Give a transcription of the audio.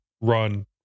run